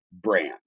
brand